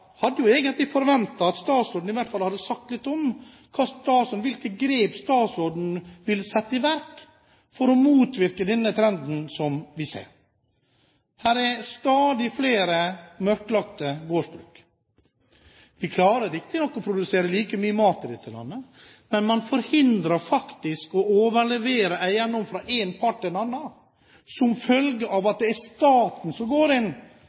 hadde jeg forventet at statsråden iallfall sa noe om hvilke grep statsråden vil ta for å motvirke denne trenden vi ser. Det er stadig flere mørklagte gårdsbruk. Vi klarer riktignok å produsere like mye mat i dette landet, men man forhindrer faktisk å overlevere eiendom fra én part til en annen, som følge av at det er staten som går inn